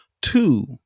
two